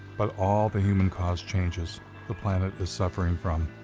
but all the human-caused changes the planet is suffering from.